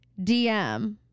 DM